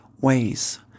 ways